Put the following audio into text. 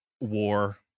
war